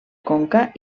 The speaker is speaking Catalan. conca